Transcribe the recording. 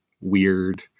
weird